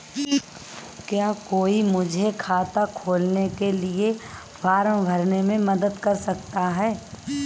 क्या कोई मुझे खाता खोलने के लिए फॉर्म भरने में मदद कर सकता है?